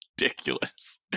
ridiculous